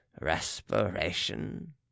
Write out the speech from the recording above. respiration